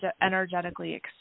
energetically